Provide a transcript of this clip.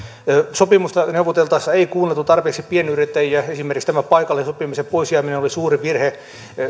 sopimusta neuvoteltaessa ei kuunneltu tarpeeksi pienyrittäjiä esimerkiksi paikallisen sopimisen pois jääminen oli suuri virhe